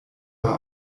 aber